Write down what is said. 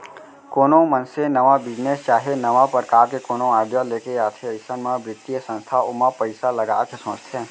कोनो मनसे नवा बिजनेस चाहे नवा परकार के कोनो आडिया लेके आथे अइसन म बित्तीय संस्था ओमा पइसा लगाय के सोचथे